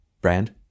Brand